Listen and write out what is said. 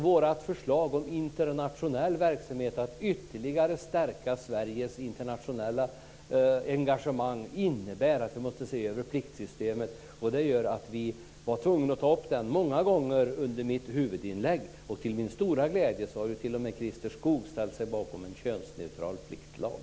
Våra förslag om internationell verksamhet, om att ytterligare stärka Sveriges internationella engagemang, innebär att vi måste se över pliktsystemet. Det gjorde att jag var tvungen att ta upp det många gånger i mitt huvudinlägg. Till min stora glädje har t.o.m. Christer Skoog ställt sig bakom en könsneutral pliktlag.